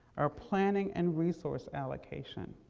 our planning and resource allocation,